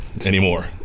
Anymore